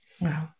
Wow